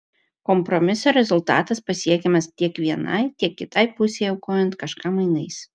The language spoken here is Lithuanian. kompromiso rezultatas pasiekiamas tiek vienai tiek kitai pusei aukojant kažką mainais